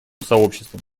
сообществом